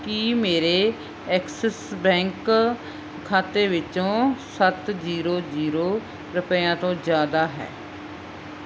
ਕੀ ਮੇਰੇ Axis Bank ਖਾਤੇ ਵਿੱਚ ਸੱਤ ਜੀਰੋ ਜੀਰੋ ਰੁਪਈਏ ਤੋਂ ਜ਼ਿਆਦਾ ਹੈ